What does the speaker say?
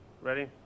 Ready